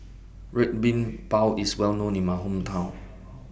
Red Bean Bao IS Well known in My Hometown